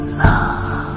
love